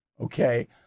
okay